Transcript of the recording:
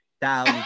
down